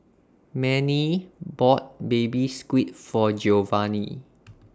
Mannie bought Baby Squid For Giovanni